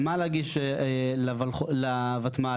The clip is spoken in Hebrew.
לגבי השוואת התנאים, חובת הגילוי.